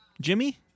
Jimmy